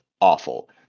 awful